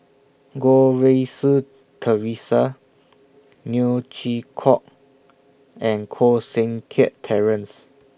Goh Rui Si Theresa Neo Chwee Kok and Koh Seng Kiat Terence